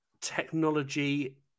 technology